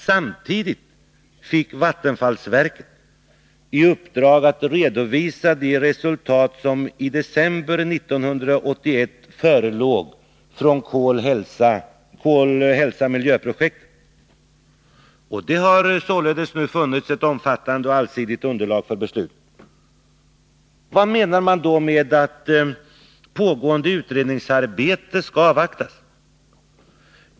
Samtidigt fick vattenfallsverket i uppdrag att redovisa de resultat som i december 1981 förelåg från Kol-Hälsa-Miljö-projektet. Det har således funnits ett omfattande och allsidigt underlag för beslutet. Vad menar man då med att resultatet av pågående utredningsarbete skall avvaktas?